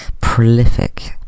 Prolific